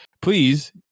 please